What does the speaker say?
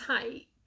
take